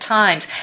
times